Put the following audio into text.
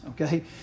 okay